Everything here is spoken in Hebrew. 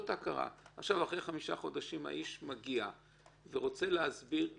אחרי חמישה חודשים האיש מגיע ורוצה להסביר למה,